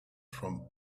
from